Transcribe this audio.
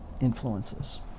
influences